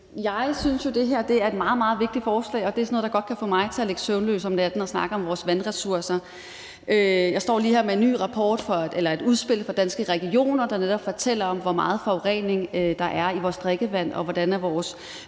Jeg synes jo, det her er et meget, meget vigtigt forslag, og det at snakke om vores vandressourcer er sådan noget, der godt kan få mig til at ligge søvnløs om natten. Jeg står lige her med et nyt udspil fra Danske Regioner, der netop fortæller om, hvor meget forurening der er i vores drikkevand, og hvordan vores